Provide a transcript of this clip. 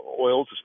oils